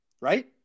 right